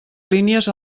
línies